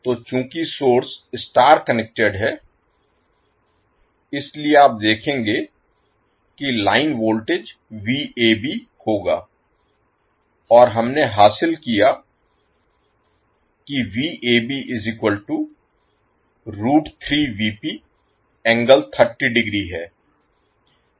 तो चूंकि source star connected है इसलिए आप देखेंगे कि लाइन वोल्टेज होगा और हमने हासिल किया कि है